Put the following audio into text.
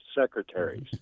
secretaries